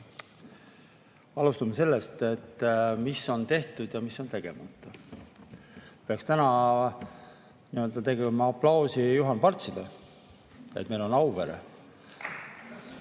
Alustame sellest, mis on tehtud ja mis on tegemata. Täna peaks tegema aplausi Juhan Partsile, et meil on Auvere.